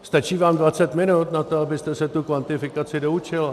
Stačí vám dvacet minut na to, abyste se tu kvantifikaci doučila?